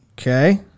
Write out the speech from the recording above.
Okay